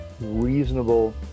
reasonable